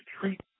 treat